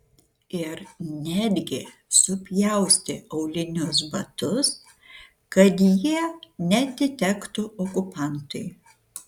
ir netgi supjaustė aulinius batus kad jie neatitektų okupantui